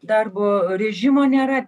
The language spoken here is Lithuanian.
darbo režimo nėra